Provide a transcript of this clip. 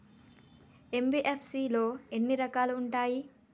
NBFC లో ఎన్ని రకాలు ఉంటాయి?